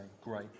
Great